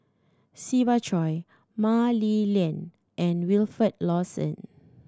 Siva Choy Mah Li Lian and Wilfed Lawson